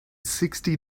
sixty